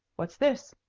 what's this?